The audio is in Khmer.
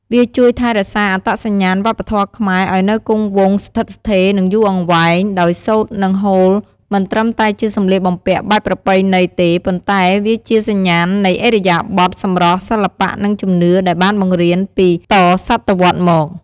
វាជួយថែរក្សាអត្តសញ្ញាណវប្បធម៌ខ្មែរឱ្យនៅគង់វង្ស ស្ថិតស្ថេរ និងយូរអង្វែង ដោយសូត្រ និងហូលមិនត្រឹមតែជាសម្លៀកបំពាក់បែបប្រពៃណីទេ ប៉ុន្តែវាជាសញ្ញាណនៃឥរិយាបថ សម្រស់ សិល្បៈ និងជំនឿដែលបានបង្រៀនពីតសតវត្សរ៍មក។